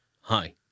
hi